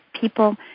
people